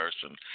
person